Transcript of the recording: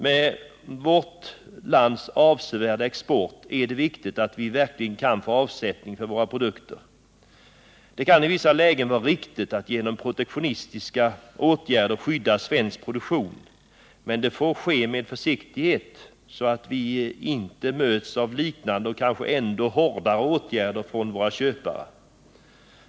Med vårt lands avsevärda export är det viktigt att vi verkligen kan få avsättning för våra produkter. Det kan i vissa lägen vara riktigt att genom protektionistiska åtgärder skydda svensk produktion, men det får ske med försiktighet så att vi inte möts av liknande och kanske ändå hårdare åtgärder från våra köpare.